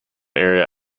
area